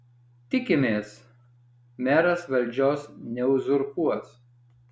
tikimės meras valdžios neuzurpuos